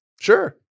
Sure